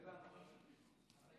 אלה ההנחיות שהם קיבלו.